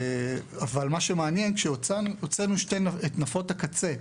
אבל בשתי נפות הקצה,